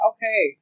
Okay